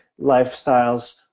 lifestyles